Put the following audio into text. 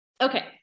okay